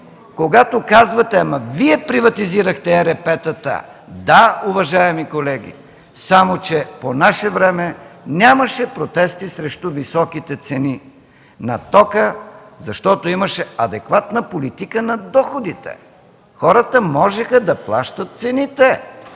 когато казвате: „Ама, Вие приватизирахте ЕРП-тата”. Да, уважаеми колеги, само че по наше време нямаше протести срещу високите цени на тока, защото имаше адекватна политика на доходите – хората можеха да плащат цените